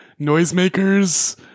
noisemakers